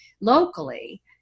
locally